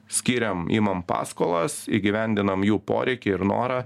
skiriam imam paskolas įgyvendinam jų poreikį ir norą